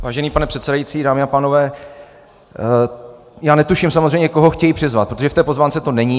Vážený pane předsedající, dámy a pánové, já netuším samozřejmě, koho chtějí přizvat, protože v té pozvánce to není.